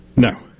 No